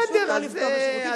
שאסור לפגוע בשירותים,